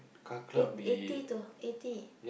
eight eighty to eighty